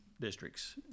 districts